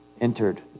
entered